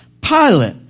Pilate